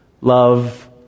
Love